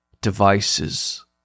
devices